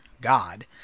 God